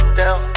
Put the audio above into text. down